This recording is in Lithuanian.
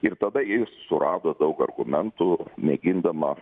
ir tada ji surado daug argumentų mėgindama